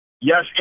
Yes